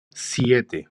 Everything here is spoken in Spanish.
siete